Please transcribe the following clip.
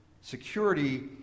Security